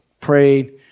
prayed